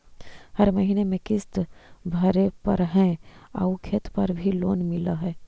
हर महीने में किस्त भरेपरहै आउ खेत पर भी लोन मिल है?